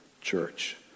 church